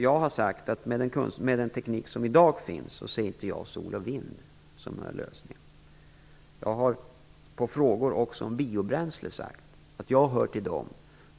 Jag har sagt att med den teknik som i dag finns så ser jag inte sol och vind som någon lösning. Som svar på frågor om biobränsle har jag sagt att jag hör till dem